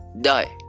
die